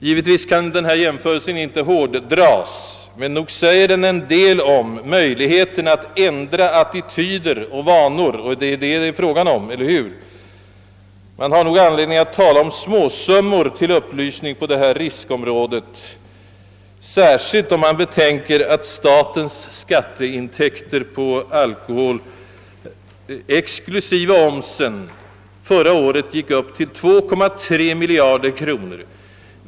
Givetvis kan denna jämförelse inte hårdras, men nog säger den en del om möjligheterna att ändra attityder och vanor — och det är ju det det är fråga om, eller hur? Vi har nog anledning att tala om småsummor till upplysning på detta riskområde, särskilt om vi betänker att statens skatteintäkt på alkohol exklusive omsen förra året gick upp till 2,3 miljarder kronor.